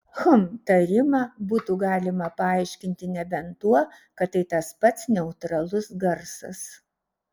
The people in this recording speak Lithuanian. hm tarimą būtų galima paaiškinti nebent tuo kad tai tas pats neutralus garsas